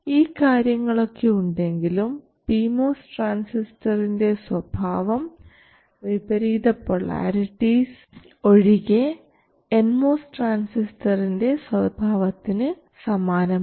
ഈ കാര്യങ്ങളൊക്കെ ഉണ്ടെങ്കിലും പി മോസ് ട്രാൻസിസ്റ്ററിൻറെ സ്വഭാവം വിപരീത പൊളാരിറ്റിസ് ഒഴികെ എൻ മോസ് ട്രാൻസിസ്റ്ററിൻറെ സ്വഭാവത്തിനു സമാനമാണ്